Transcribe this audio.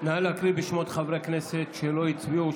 נא לקרוא בשמות חברי כנסת שלא הצביעו,